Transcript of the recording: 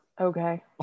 Okay